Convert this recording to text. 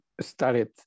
started